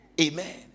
amen